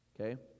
Okay